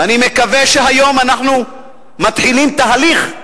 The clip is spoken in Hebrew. ואני מקווה שהיום אנחנו מתחילים תהליך,